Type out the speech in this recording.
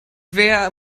wer